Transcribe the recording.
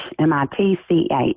M-I-T-C-H